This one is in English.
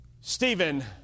Stephen